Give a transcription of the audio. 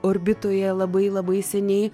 orbitoje labai labai seniai